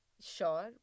sure